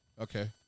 Okay